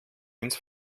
ins